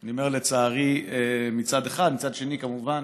אני אומר לצערי, מצד אחד, ומצד שני, כמובן,